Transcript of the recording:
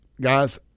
Guys